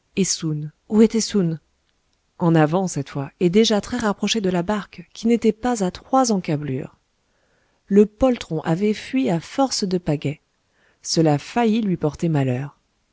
en avant cette fois et déjà très rapproché de la barque qui n'était pas à trois encablures le poltron avait fui à force de pagaie cela faillit lui porter malheur